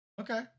Okay